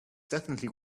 definitely